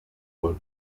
world